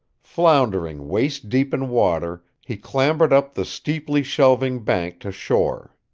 floundering waist-deep in water, he clambered up the steeply shelving bank to shore.